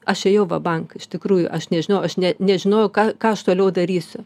aš ėjau va bank iš tikrųjų aš nežinojau aš ne nežinojau ką ką aš toliau darysiu